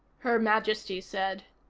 her majesty said.